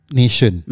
nation